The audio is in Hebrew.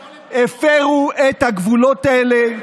אתם הולכים הביתה.